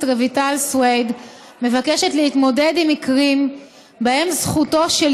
רויטל סויד מבקשת להתמודד עם מקרים שבהם זכותו של